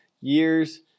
years